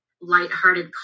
lighthearted